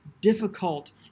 difficult